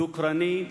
דוקרני,